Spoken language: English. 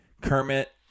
Kermit